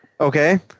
Okay